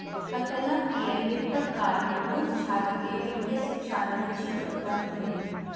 संगणकीय वित्तक कारणेँ बहुत छात्र के वित्तीय शिक्षा में रूचि उत्पन्न भेल